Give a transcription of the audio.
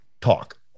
talk